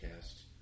cast